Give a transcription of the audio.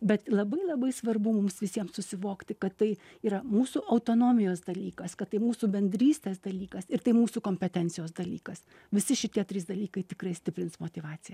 bet labai labai svarbu mums visiems susivokti kad tai yra mūsų autonomijos dalykas kad tai mūsų bendrystės dalykas ir tai mūsų kompetencijos dalykas visi šitie trys dalykai tikrai stiprins motyvaciją